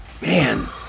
man